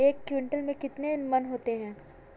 एक क्विंटल में कितने मन होते हैं?